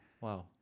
wow